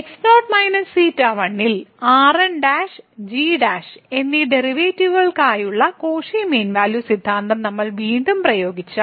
x0 ξ1 ൽ Rn g എന്നീ ഡെറിവേറ്റീവുകൾക്കായുള്ള കോഷി മീൻ വാല്യൂ സിദ്ധാന്തം നമ്മൾ വീണ്ടും പ്രയോഗിച്ചാൽ